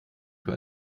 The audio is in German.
für